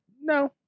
No